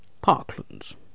Parkland's